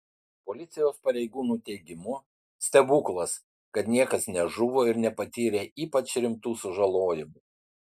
policijos pareigūnų teigimu stebuklas kad niekas nežuvo ir nepatyrė ypač rimtų sužalojimų